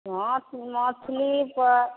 माछ मछलीपर